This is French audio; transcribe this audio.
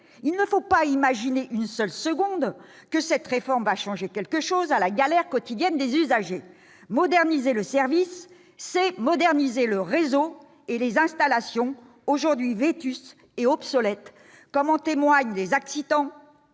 il ne faut pas imaginer une seule seconde que cette réforme va changer quoi que ce soit à la galère quotidienne des usagers. Moderniser le service, c'est moderniser le réseau et les installations, aujourd'hui vétustes et obsolètes, ... Là, nous sommes